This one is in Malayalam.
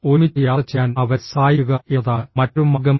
ഒരുമിച്ചു യാത്ര ചെയ്യാൻ അവരെ സഹായിക്കുക എന്നതാണ് മറ്റൊരു മാർഗം